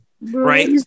Right